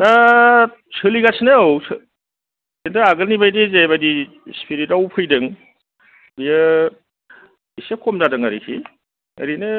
दा सोलिगासिनो औ खिन्थु आगोलनिबादि जेबादि सिपिरिटआव फैदों बेयो एसे खम जादों आरोखि ओरैनो